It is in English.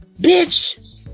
Bitch